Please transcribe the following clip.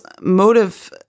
motive